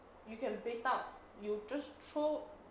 you can bait out you just throw